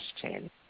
question